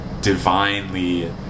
divinely